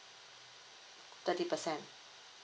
thirty percent